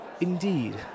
Indeed